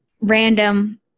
random